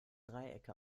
dreiecke